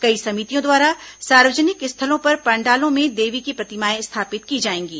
कई समितियों द्वारा सार्वजनिक स्थलों पर पंडालों में देवी की प्रतिमाएं स्थापित की जाएंगी